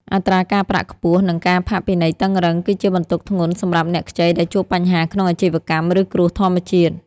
អត្រាការប្រាក់ខ្ពស់ និងការផាកពិន័យតឹងរ៉ឹង គឺជាបន្ទុកធ្ងន់សម្រាប់អ្នកខ្ចីដែលជួបបញ្ហាក្នុងអាជីវកម្ម ឬគ្រោះធម្មជាតិ។